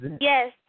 Yes